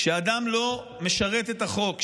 כשאדם לא משרת את החוק,